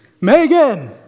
Megan